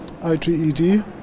IGED